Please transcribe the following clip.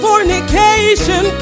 Fornication